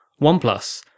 OnePlus